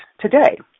today